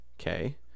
Okay